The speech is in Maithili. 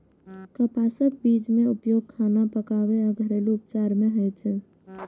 कपासक बीज के उपयोग खाना पकाबै आ घरेलू उपचार मे होइ छै